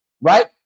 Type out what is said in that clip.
right